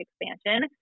expansion